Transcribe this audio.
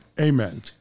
Amen